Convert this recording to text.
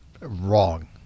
wrong